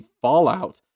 fallout